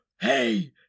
Hey